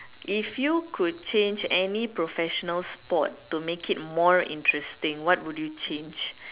if you could change any professional sport to make it more interesting what would you change